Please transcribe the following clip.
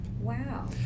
Wow